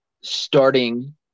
starting